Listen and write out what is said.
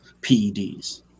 PEDs